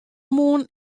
moarn